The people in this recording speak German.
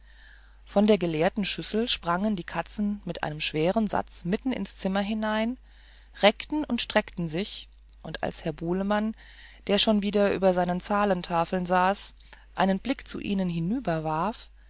von der geleerten schüssel sprangen die katzen mit einem schweren satz mitten ins zimmer herein reckten und streckten sich und als herr bulemann der schon wieder über seinen zahlentafeln saß einen blick zu ihnen